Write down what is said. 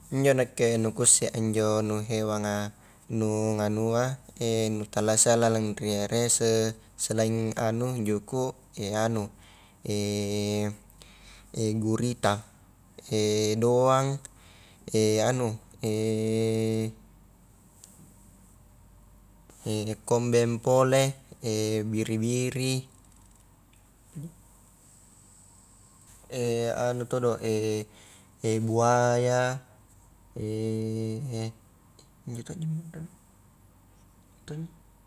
Injo nakke, nu kuisse a injo nu hewanga nu nganua nu talasa lalang ri era se-selain anu juku anu gurita, doang, anu kombeng pole, biri-biri, anu todo buaya injo tokji mantang.